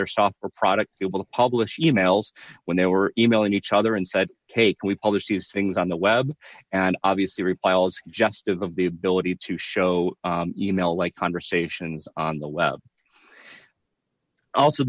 their software product it will publish emails when they were emailing each other and said take we publish these things on the web and obviously reply just of the ability to show e mail like conversations on the web also